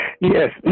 Yes